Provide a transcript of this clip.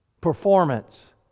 performance